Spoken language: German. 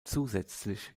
zusätzlich